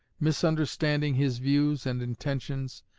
misunderstanding his views and intentions,